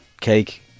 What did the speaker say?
cake